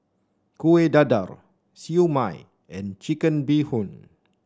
Kuih Dadar Siew Mai and Chicken Bee Hoon